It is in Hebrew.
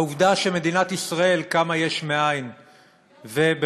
העובדה שמדינת ישראל קמה יש מאין ובמשך,